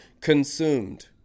consumed